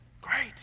great